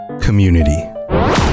Community